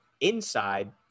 inside